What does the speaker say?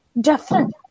different